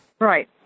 right